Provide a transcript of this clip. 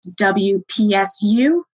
WPSU